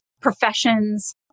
Professions